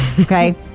Okay